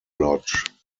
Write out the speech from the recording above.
lodge